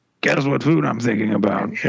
Guess-What-Food-I'm-thinking-about